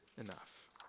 enough